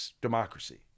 democracy